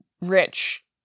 rich